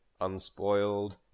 unspoiled